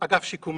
אגף שיקום